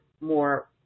more